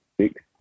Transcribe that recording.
six